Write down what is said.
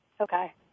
Okay